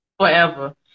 forever